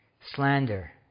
slander